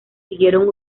siguieron